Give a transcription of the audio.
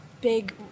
big